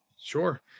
Sure